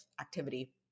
activity